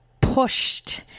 pushed